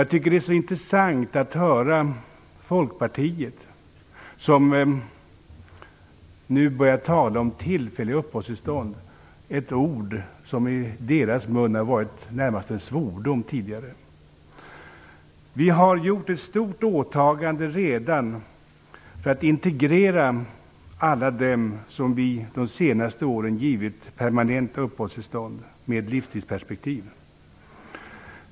Jag tycker att det är intressant att höra Folkpartiet som nu börjar tala om tillfälliga uppehållstillstånd. Det är ett ord som tidigare närmast har varit en svordom i deras mun. Vi har redan gjort ett stort åtagande för att integrera alla dem som vi de senaste åren givit permanenta uppehållstillstånd med livstidsperspektiv.